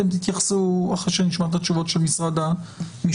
אתם תתייחסו אחרי שנשמע את התשובות של משרד המשפטים.